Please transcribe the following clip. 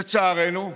לצערנו,